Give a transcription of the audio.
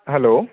hello